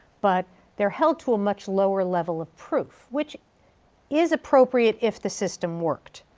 but they're held to a much lower level of proof, which is appropriate if the system worked.